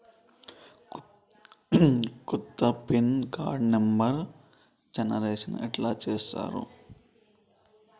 కొత్త PIN card నెంబర్ని generation ఎట్లా చేత్తరు?